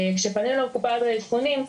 כשפנינו לקופה לאבחונים,